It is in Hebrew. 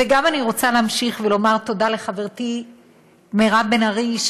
וגם אני רוצה להמשיך ולומר תודה לחברתי מירב בן ארי,